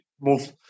move